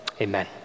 Amen